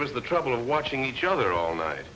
us the trouble of watching each other all night